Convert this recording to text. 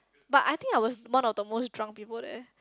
but I think I was one of the most drunk people there